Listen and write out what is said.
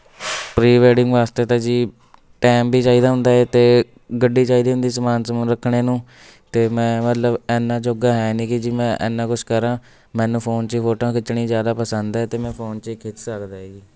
pre wedding ਵਾਸਤੇ ਤਾਂ ਜੀ ਟਾਇਮ ਵੀ ਚਾਹੀਦਾ ਹੁੰਦਾ ਏ ਅਤੇ ਗੱਡੀ ਚਾਹੀਦੀ ਹੁੰਦੀ ਸਮਾਨ ਸਮੁਨ ਰੱਖਣ ਨੂੰ ਅਤੇ ਮੈਂ ਮਤਲਬ ਇੰਨਾਂ ਜੋਗਾ ਹੈ ਨਹੀਂ ਕਿ ਜੀ ਮੈਂ ਇੰਨਾਂ ਕੁਛ ਕਰਾਂ ਮੈਨੂੰ ਫੋਨ 'ਚ ਫੋਟੋਆਂ ਖਿੱਚਣੀਆਂ ਜ਼ਿਆਦਾ ਪਸੰਦ ਹੈ ਅਤੇ ਮੈਂ ਫੋਨ 'ਚ ਏ ਖਿੱਚ ਸਕਦਾ ਏ ਜੀ